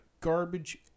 Garbage